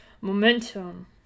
momentum